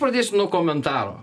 pradėsiu nuo komentaro